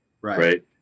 right